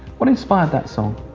what inspired that song?